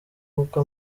kuko